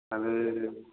आङो